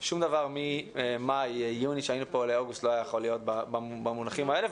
שום דבר ממאי-יוני שהיינו פה ואוגוסט לא יכול היה להיות במונחים האלה,